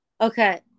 okay